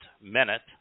minute